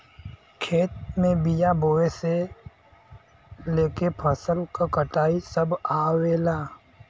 खेत में बिया बोये से लेके फसल क कटाई सभ आवेला